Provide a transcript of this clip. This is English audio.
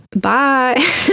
bye